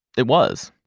it was.